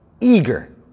eager